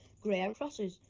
greyhound crosses.